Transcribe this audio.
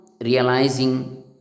realizing